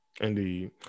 indeed